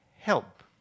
help